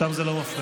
שם זה לא מפריע.